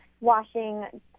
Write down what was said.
washing